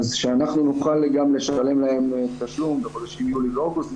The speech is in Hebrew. אז שאנחנו נוכל גם לשלם להם תשלום בחודשים יולי ואוגוסט,